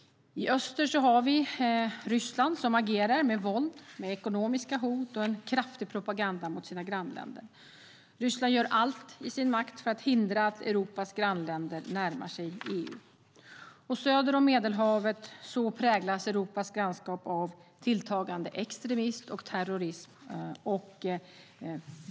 I öster har vi Ryssland, som agerar med våld, ekonomiska hot och en kraftig propaganda mot sina grannländer. Ryssland gör allt i sin makt för att hindra att Europas grannländer närmar sig EU. Söder om Medelhavet präglas Europas grannskap av tilltagande extremism och terrorism.